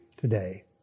today